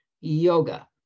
yoga